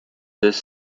this